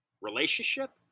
relationship